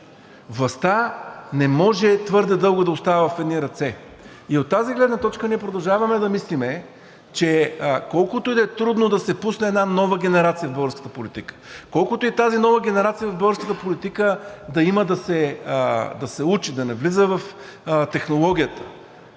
властта не може твърде дълго да остава в едни ръце и от тази гледна точка ние продължаваме да мислим, че колкото и да е трудно да се пусне една нова генерация в българската политика, колкото и тази толкова нова генерация в българската политика да има да се учи, да навлиза в технологията.